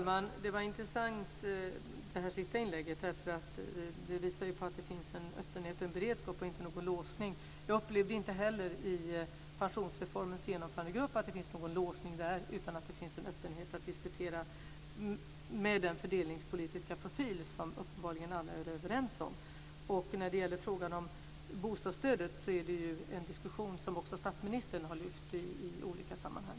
Fru talman! Det sista inlägget var intressant. Det visar att det finns en öppenhet och en beredskap och inte någon låsning. Jag upplevde inte heller i pensionsreformens genomförandegrupp att det fanns någon låsning, utan det finns en öppenhet att diskutera utifrån den fördelningspolitiska profil som uppenbarligen alla är överens om. Diskussionen om bostadsstödet är något som också statsministern har lyft fram i olika sammanhang.